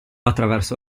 attraverso